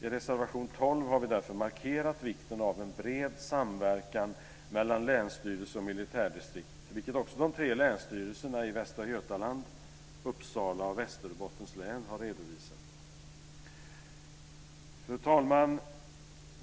I reservation 12 har vi därför markerat vikten av en bred samverkan mellan länsstyrelse och militärdistrikt, vilket också de tre länsstyrelserna i Västra Götaland, Uppsala och Västerbottens län har redovisat. Fru talman!